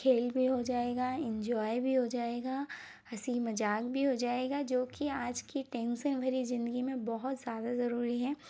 खेल भी हो जाएगा इंजॉय हो जाएगा हंसी मजाक भी हो जाएगा जो कि आज की टेंशन भरी जिंदगी में बहुत ज़्यादा जरूरी है